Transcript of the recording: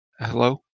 hello